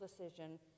decision